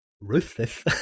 Ruthless